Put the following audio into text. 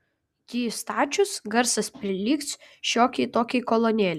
jį įstačius garsas prilygs šiokiai tokiai kolonėlei